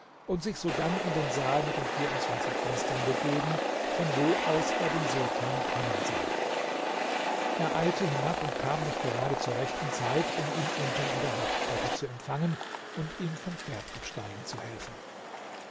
und sich sodann in den saal mit den vierundzwanzig fenstern begeben von wo aus er den sultan kommen sah er eilte hinab und kam noch gerade zur rechten zeit um ihn unten an der haupttreppe zu empfangen und ihm vom pferd absteigen zu helfen